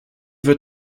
wird